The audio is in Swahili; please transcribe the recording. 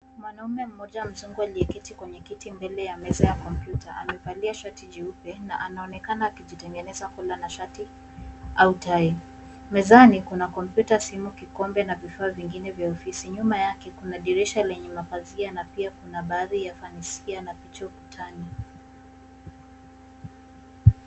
Mwanaume mmoja mzungu aliyeketi kwenye kiti mbele ya meza ya kompyuta. Amevalia shati jeupe na anaonekana akijitengeneza collar la shati au tai. Mezani kuna kompyuta, simu, kikombe na vifaa vingine vya ofisi. Nyuma yake kuna dirisha lenye mapazia na pia kuna baadhi ya fanicha na picha ukutani.